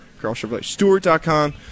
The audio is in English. carlchevroletstewart.com